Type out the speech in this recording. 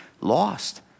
lost